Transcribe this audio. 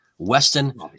Weston